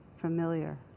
familiar